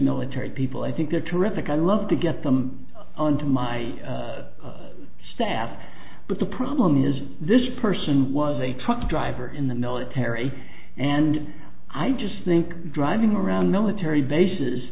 military people i think they're terrific i love to get them on to my staff but the problem is this person was a truck driver in the military and i just think driving around military bases